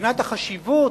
מבחינת החשיבות,